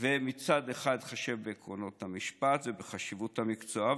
ומצד אחד להתחשב בעקרונות המשפט ובחשיבות המקצוע,